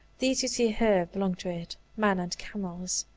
these you see here belong to it men and camels.